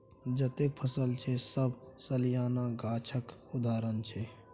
जतेक फसल छै सब सलियाना गाछक उदाहरण छै